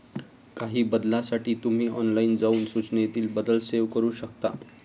काही बदलांसाठी तुम्ही ऑनलाइन जाऊन सूचनेतील बदल सेव्ह करू शकता